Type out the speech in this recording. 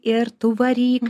ir tu varyk